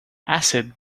acid